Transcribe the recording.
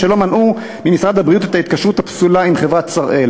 שלא מנעו ממשרד הבריאות את ההתקשרות הפסולה עם חברת "שראל",